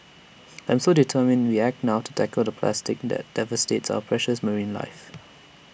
I am determined we act now to tackle the plastic that devastates our precious marine life